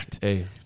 hey